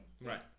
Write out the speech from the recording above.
right